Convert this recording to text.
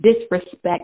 disrespect